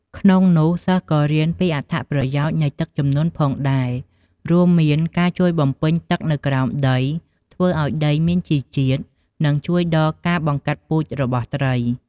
ក្នុងនោះសិស្សក៏រៀនពីអត្ថប្រយោជនៃទឹកជំនន់ផងដែរ រួមមានការជួយបំពេញទឹកនៅក្រោមដី ធ្វើឱ្យដីមានជីជាតិ និងជួយដល់ការបង្កាត់ពូជរបស់ត្រី។